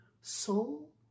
soul